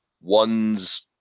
ones